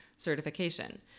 certification